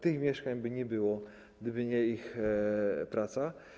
Tych mieszkań by nie było, gdyby nie ich praca.